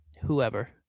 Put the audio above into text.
whoever